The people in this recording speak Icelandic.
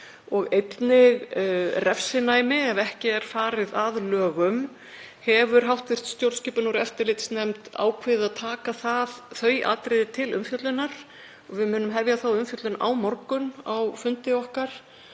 og einnig refsinæmi ef ekki er farið að lögum, hefur hv. stjórnskipunar- og eftirlitsnefnd ákveðið að taka þau atriði til umfjöllunar og við munum hefja þá umfjöllun á fundi okkar